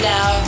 Now